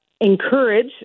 encourage